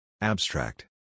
Abstract